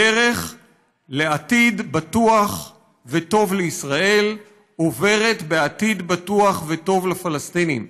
הדרך לעתיד בטוח וטוב לישראל עוברת בעתיד בטוח וטוב לפלסטינים.